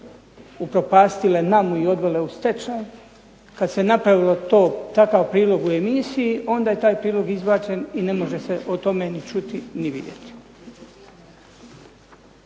upropastile NAMU i odvele je u stečaj, kada se napravilo to takav prilog u emisiji onda je taj prilog izbačen i ne može se čuti ni vidjeti.